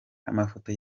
amafoto